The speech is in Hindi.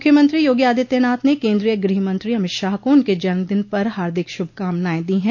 मुख्यमंत्री योगी आदित्यनाथ ने केन्द्रीय गृह मंत्री अमित शाह को उनके जन्म दिन पर हार्दिक शुभ कामनाएं दी है